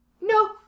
No